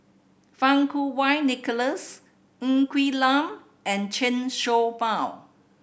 Fang Kuo Wei Nicholas Ng Quee Lam and Chen Show Mao